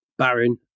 Baron